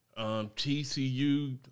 TCU